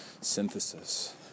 synthesis